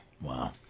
Wow